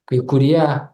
kai kurie